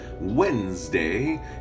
Wednesday